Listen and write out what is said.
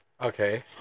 Okay